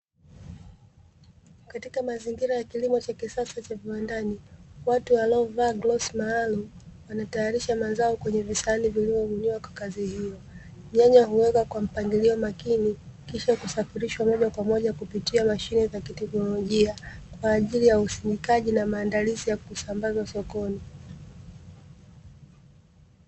Katika mazingira ya kilimo cha kisasa cha viwandani, watu waliovaa glovs maalumu wanatayarisha mazao kwenye visahani vilivyobuniwa kwa kazi hiyo. Nyanya huwekwa kwa mpangilio makini, kisha kusafirishwa moja kwa moja kupitia mashine za kiteknolojia kwa ajili ya usindikaji na maandalizi ya kusambazwa sokoni.